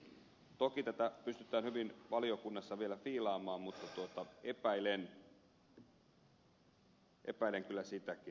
toki tätä pystytään hyvin valiokunnassa vielä viilaamaan mutta epäilen kyllä sitäkin